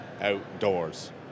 outdoors